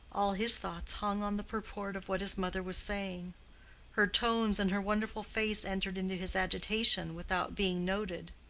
all his thoughts hung on the purport of what his mother was saying her tones and her wonderful face entered into his agitation without being noted.